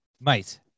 Mate